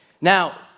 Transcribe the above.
Now